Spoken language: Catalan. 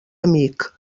amic